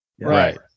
right